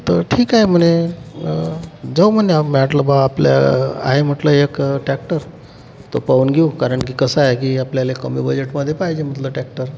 तर ठीक आहे म्हणे जाऊ म्हणे म्हटलं आपल्या आहे म्हटलं एक टॅक्टर तो पाहून घेऊ कारण की कसं आहे की आपल्याला कमी बजेटमध्ये पाहिजे म्हटलं टॅक्टर